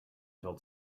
told